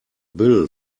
bill